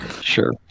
Sure